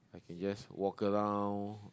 I can just walk around